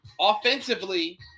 offensively